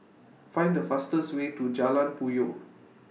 Find The fastest Way to Jalan Puyoh